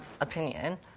opinion